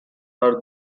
are